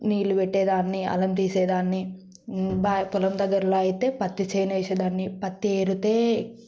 నీళ్లు పెట్టేదాన్ని అల్లం తీసే దాన్ని బావి పొలం దగ్గరలో అయితే పత్తి చేనే వేసే దాన్ని పత్తి ఎరితే